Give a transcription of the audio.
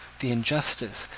the injustice,